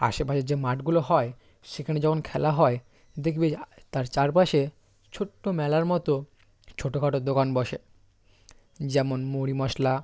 আশেপাশের যে মাঠগুলো হয় সেখানে যখন খেলা হয় দেখবে যে তার চারপাশে ছোট্টো মেলার মতো ছোটো খাটো দোকান বসে যেমন মুড়ি মশলা